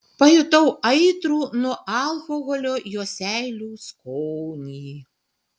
pajutau aitrų nuo alkoholio jo seilių skonį